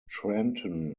trenton